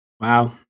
Wow